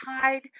tide